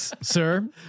sir